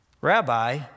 Rabbi